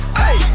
hey